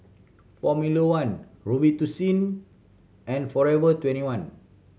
Formula One Robitussin and Forever Twenty one